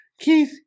Keith